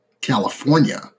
California